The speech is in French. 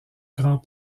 grand